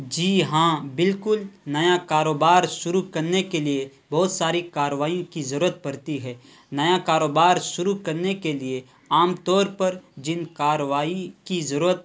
جی ہاں بالکل نیا کاروبار شروع کرنے کے لیے بہت ساری کاروائی کی ضرورت پڑتی ہے نیا کاروبار شروع کرنے کے لیے عام طور پر جن کاروائی کی ضرورت